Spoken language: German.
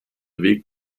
weg